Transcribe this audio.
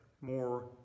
more